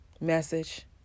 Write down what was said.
message